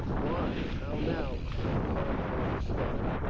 why, how now? cried cromwell with a start,